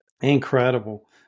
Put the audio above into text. Incredible